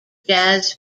jazz